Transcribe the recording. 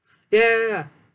ya ya ya